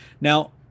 Now